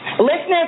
Listeners